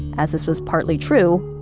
as this was partly true,